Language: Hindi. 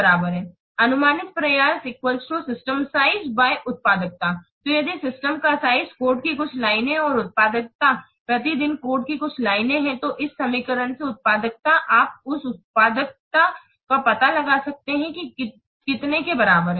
अनुमानित प्रयास सिस्टम साइज़ उत्पादकता तो यदि सिस्टम का साइज़ कोड की कुछ लाइनें है और उत्पादकता प्रति दिन कोड की कुछ लाइनें है तो इस समीकरण से उत्पादकता आप उस उत्पादकता का पता लगा सकते हैं कि कितने के बराबर है